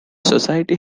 society